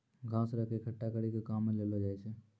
घास रेक एकठ्ठा करी के काम मे लैलो जाय छै